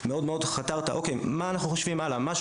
הדבר האחרון,